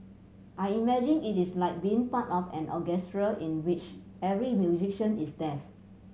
I imagine it is like being part of an orchestra in which every musician is deaf